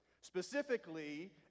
specifically